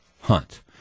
hunt